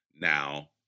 now